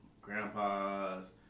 grandpa's